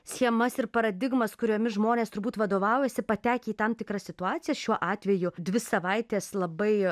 schemas ir paradigmas kuriomis žmonės turbūt vadovaujasi patekę į tam tikrą situaciją šiuo atveju dvi savaites labai